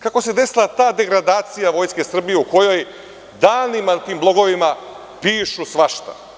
Kako se desila ta degradacija Vojske Srbije o kojoj danima na tim blogovima pišu svašta?